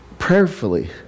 prayerfully